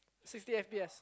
sixty F_B_S